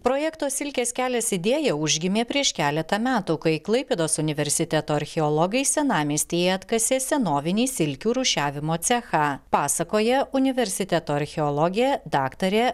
projekto silkės kelias idėja užgimė prieš keletą metų kai klaipėdos universiteto archeologai senamiestyje atkasė senovinį silkių rūšiavimo cechą pasakoja universiteto archeologė daktarė